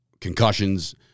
concussions